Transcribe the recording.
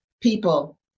people